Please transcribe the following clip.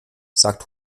sagt